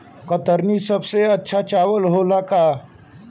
कतरनी सबसे अच्छा चावल होला का?